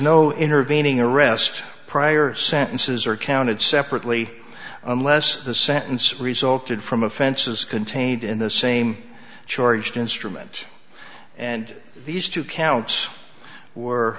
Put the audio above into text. no intervening arrest prior sentences are counted separately unless the sentence resulted from offenses contained in the same charged instrument and these two counts